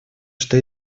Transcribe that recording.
что